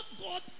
God